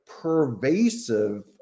pervasive